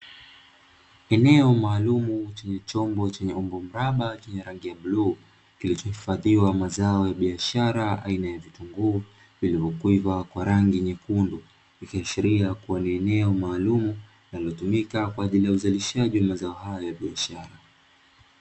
Eneo maalumu lenye chombo cha umbo mraba yenye rangi bluu, kilicho hifadhiwa mazao ya biashara aina ya vitunguu vilivyokwiva kwa rangi nyekundu ikiashiria ni eneo maalumu linalotumika kwa ajili ya uzalishaji wa mazao hayo ya biashara.